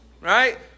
Right